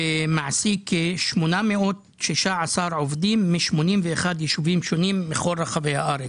מעסיק 816 עובדים מ-81 ישובים שונים בכל רחבי הארץ,